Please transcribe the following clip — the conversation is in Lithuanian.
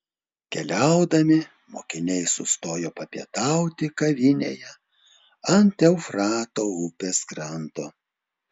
keliaudami mokiniai sustojo papietauti kavinėje ant eufrato upės kranto